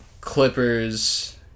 Clippers